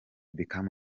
beckham